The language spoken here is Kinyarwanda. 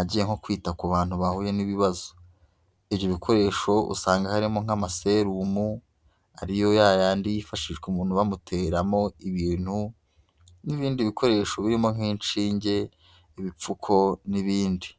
agiye nko kwita ku bantu bahuye n'ibibazo, ibyo bikoresho, usanga harimo nk'amaserumu, ariyo ya yandi yifashishwa umuntu bamuteramo ibintu, n'ibindi bikoresho birimo nk'inshinge, ibipfuko, n'ibindi.